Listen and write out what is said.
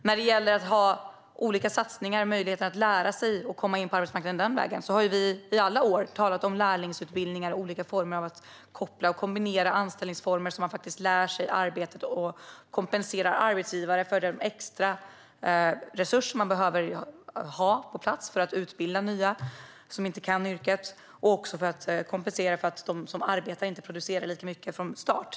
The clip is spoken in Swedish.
Vad gäller att ha olika satsningar med möjlighet att lära sig och komma in på arbetsmarknaden den vägen har Sverigedemokraterna i alla år talat om lärlingsutbildningar och olika former av att koppla och kombinera anställningsformer där man lär sig arbetet och där arbetsgivaren kompenseras för de extra resurser som behövs på plats för att utbilda nya som inte kan yrket och för att de nya inte producerar lika mycket från start.